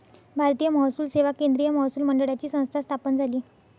भारतीय महसूल सेवा केंद्रीय महसूल मंडळाची संस्था स्थापन झाली